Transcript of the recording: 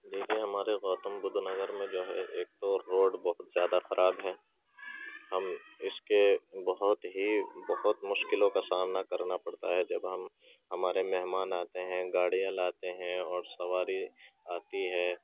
دیکھیے ہمارے گوتم بُدھ نگر میں جو ہے ایک تو روڈ بہت زیادہ خراب ہے ہم اِس کے بہت ہی بہت مشکلوں کا سامنا کرنا پڑتا ہے جب ہم ہمارے مہمان آتے ہیں گاڑیاں لاتے ہیں اور سواری آتی ہے